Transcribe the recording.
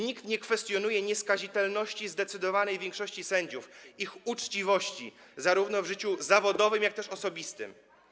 Nikt nie kwestionuje nieskazitelności zdecydowanej większości sędziów, ich uczciwości, zarówno w życiu zawodowym, jak i osobistym.